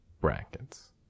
brackets